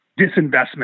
disinvestment